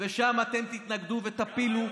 ושם אתם תתנגדו ותפילו,